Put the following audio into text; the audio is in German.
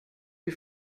die